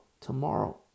tomorrow